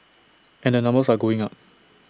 and the numbers are going up